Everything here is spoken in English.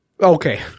Okay